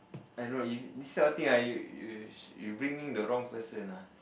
I don't know if this kind of thing I you bringing the wrong person ah